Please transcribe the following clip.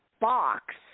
box